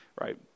Right